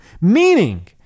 meaning